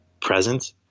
present